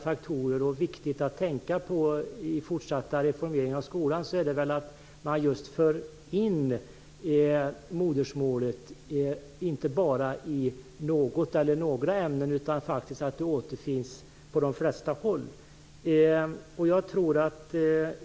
Vad som är viktigt att tänka på i den fortsatta reformeringen av skolan är just att man för in modersmålet, inte bara i något eller några ämnen utan i de flesta ämnen.